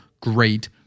great